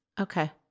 Okay